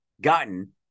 gotten